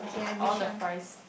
I want the fries